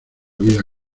vida